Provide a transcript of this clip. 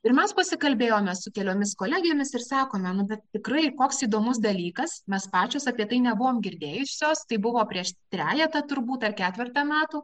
ir mes pasikalbėjome su keliomis kolegėmis ir sakome nu bet tikrai koks įdomus dalykas mes pačios apie tai nebuvom girdėjusios tai buvo prieš trejetą turbūt ar ketvertą metų